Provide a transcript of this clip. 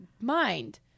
mind